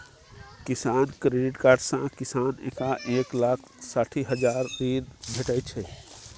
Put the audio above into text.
किसान credit card सँ किसान केँ एक लाख साठि हजारक ऋण भेटै छै